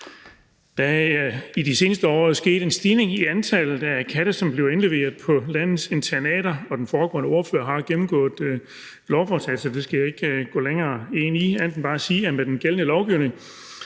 Der er i de seneste år sket en stigning i antallet af katte, der bliver indleveret på landets internater. Den foregående ordfører har jo gennemgået lovforslaget,